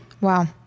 Wow